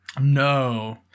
No